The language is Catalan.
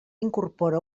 incorpora